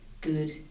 good